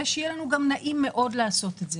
ושיהיה לנו נעים מאוד לעשות את זה.